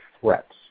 threats